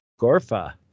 Gorfa